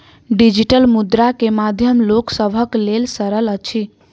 digital मुद्रा के माध्यम लोक सभक लेल सरल अछि